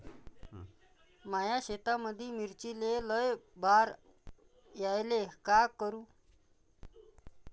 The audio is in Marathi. माया शेतामंदी मिर्चीले लई बार यायले का करू?